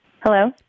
hello